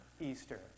Easter